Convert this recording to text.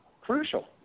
crucial